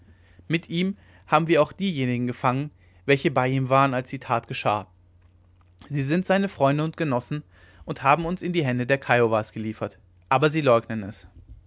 mit ihm haben wir auch diejenigen gefangen welche bei ihm waren als die tat geschah sie sind seine freunde und genossen und haben uns in die hände der kiowas geliefert aber sie leugnen es